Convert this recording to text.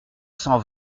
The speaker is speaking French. cent